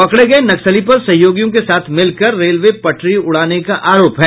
पकड़े गये नक्सली पर सहयोगियों के साथ मिलकर रेलवे पटरी उड़ाने का आरोप है